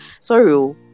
Sorry